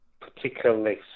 particularly